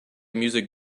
music